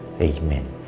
Amen